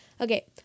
Okay